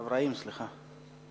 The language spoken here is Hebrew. אברהים, סליחה.